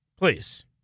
Please